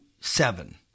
Seven